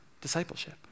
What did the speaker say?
discipleship